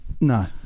no